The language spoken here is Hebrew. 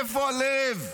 איפה הלב?